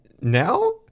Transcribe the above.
now